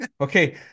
Okay